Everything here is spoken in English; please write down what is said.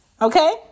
Okay